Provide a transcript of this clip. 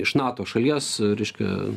iš nato šalies reiškia